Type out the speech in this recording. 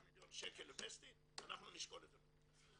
מיליון שקל לוסטי אנחנו נשקול את זה מחדש.